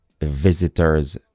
Visitors